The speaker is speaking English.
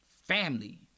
family